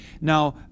Now